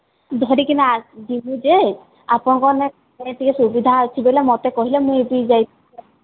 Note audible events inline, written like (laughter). ଧରିକିନା ଯିବୁ ଯେ ଆପଣଙ୍କର୍ନେ (unintelligible) ଟିକେ ସୁବିଧା ଅଛେ ବେଲେ ମତେ କହେଲେ ମୁଇଁ (unintelligible)